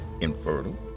infertile